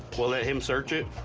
we'll let him search it.